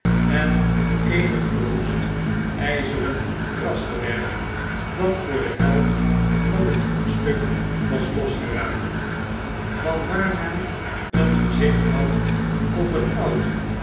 en eenig verroest tjzeren rasterwerk dat voor de helft van het voetstuk was losgeraakt van waar men een gezicht had op een oud